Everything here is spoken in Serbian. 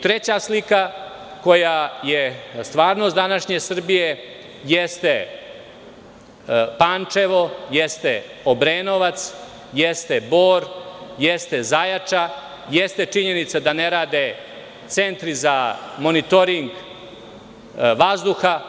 Treća slika koja je stvarnost današnje Srbije jeste Pančevo, Obrenovac, Bor, Zaječa, jeste činjenica da ne rade centri za monitoring vazduha.